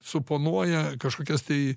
suponuoja kažkokias tai